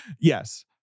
Yes